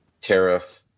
tariff